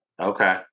Okay